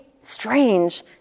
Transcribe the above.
strange